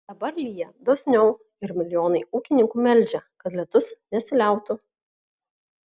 dabar lyja dosniau ir milijonai ūkininkų meldžia kad lietus nesiliautų